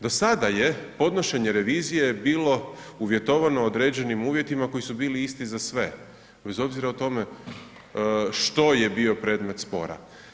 Do sada je podnošenje revizije bilo uvjetovano određenim uvjetima koji su bili isti za sve bez obzira o tome što je bio predmet spora.